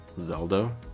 Zelda